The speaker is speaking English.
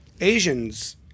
Asians –